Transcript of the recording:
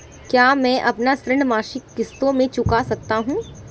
क्या मैं अपना ऋण मासिक किश्तों में चुका सकता हूँ?